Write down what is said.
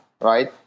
right